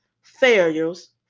failures